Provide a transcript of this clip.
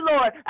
Lord